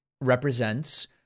represents